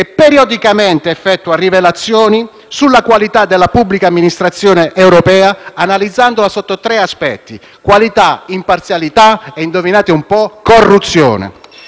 periodicamente effettua rilevazioni sulla qualità della pubblica amministrazione europea, analizzandola sotto tre aspetti: qualità, imparzialità e (indovinate un po'?) corruzione.